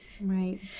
Right